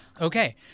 Okay